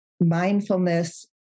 mindfulness